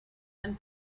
and